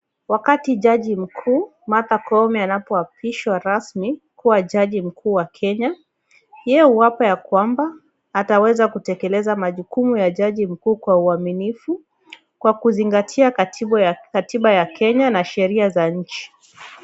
Wakati jaji mkuu Martha Koome anapoapishwa rasmi, kuwa jaji mkuu wa Kenya. Ye huapa ya kwamba ataweza kutekeleza majukumu ya jaji mkuu kwa uaminifu, kwa kuzingatia katiba ya Kenya na sheria za nchi.